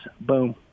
boom